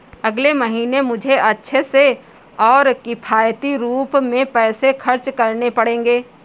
अगले महीने मुझे अच्छे से और किफायती रूप में पैसे खर्च करने पड़ेंगे